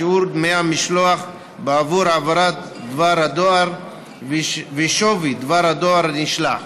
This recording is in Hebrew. לשיעור דמי המשלוח בעבור העברת דבר הדואר ושווי דבר הדואר הנשלח.